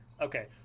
Okay